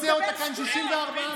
רוצים אותה 64 מנדטים?